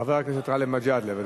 חבר הכנסת גאלב מג'אדלה.